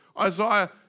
Isaiah